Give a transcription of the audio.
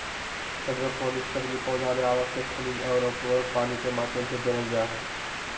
hydroponics तकनीक पौधा ले आवश्यक खनिज अउर उर्वरक पानी के माध्यम से देवल जा हई